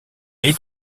est